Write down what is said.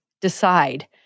decide